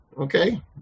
Okay